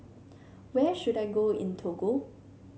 where should I go in Togo